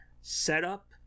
setup